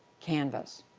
canvas.